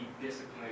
disciplined